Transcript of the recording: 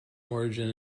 origin